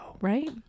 Right